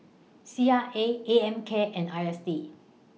C R A A M K and I S D